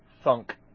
thunk